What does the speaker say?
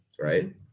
right